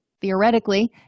theoretically